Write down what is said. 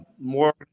more